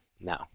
No